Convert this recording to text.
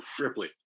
Ripley